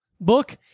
book